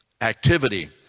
activity